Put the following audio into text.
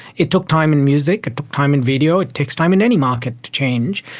it took time in music, it took time in video, it takes time in any market to change,